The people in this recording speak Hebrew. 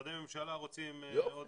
משרדי ממשלה רוצים עוד.